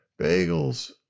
bagels